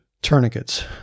Tourniquets